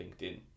LinkedIn